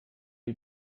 die